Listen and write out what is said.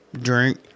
Drink